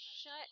shut